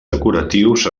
decoratius